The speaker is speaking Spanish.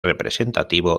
representativo